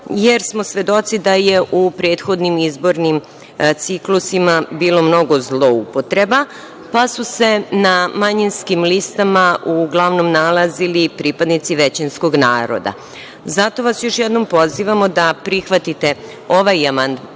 jer smo svedoci da je u prethodim izbornim ciklusima bilo mnogo zloupotreba, pa su se na manjinskim listama uglavnom nalazili pripadnici većinskog naroda. Zato vas još jednom pozivamo da prihvatite ovaj amandman,